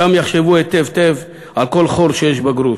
שם יחשבו היטב היטב על כל חור שיש בגרוש.